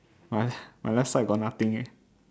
what my left side got nothing leh